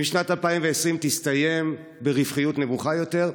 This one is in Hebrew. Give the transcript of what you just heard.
אם שנת 2020 תסתיים ברווחיות נמוכה יותר,